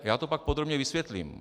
Já to pak podrobně vysvětlím.